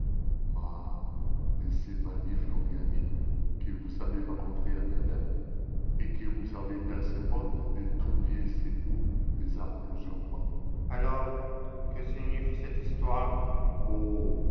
chevalier floriani que vous avez rencontré à palerme et que vous avez été assez bon de convier chez vous déjà plusieurs fois alors que signifie cette histoire